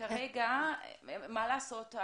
כרגע, מה לעשות,